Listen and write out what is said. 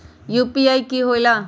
UPI कि होला?